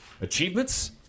achievements